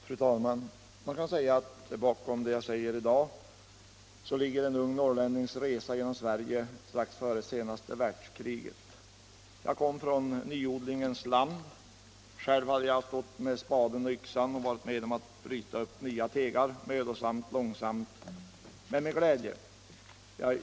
Fru talman! Man kan säga att bakom det jag säger här i dag ligger en ung norrlännings resa genom Sverige strax före senaste världskriget. Jag kom från nyodlingens land. Jag hade med spaden och yxan i hand varit med om att bryta upp nya tegar. Det var ett arbete som var mödosamt, men jag gjorde det med glädje.